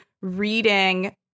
reading